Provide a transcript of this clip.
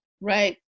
Right